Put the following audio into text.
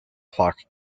clark